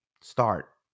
Start